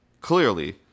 clearly